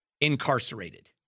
incarcerated